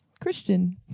Christian